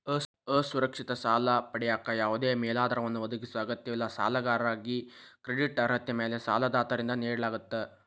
ಅಸುರಕ್ಷಿತ ಸಾಲ ಪಡೆಯಕ ಯಾವದೇ ಮೇಲಾಧಾರವನ್ನ ಒದಗಿಸೊ ಅಗತ್ಯವಿಲ್ಲ ಸಾಲಗಾರಾಗಿ ಕ್ರೆಡಿಟ್ ಅರ್ಹತೆ ಮ್ಯಾಲೆ ಸಾಲದಾತರಿಂದ ನೇಡಲಾಗ್ತ